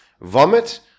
vomit